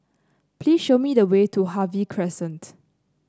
please show me the way to Harvey Crescent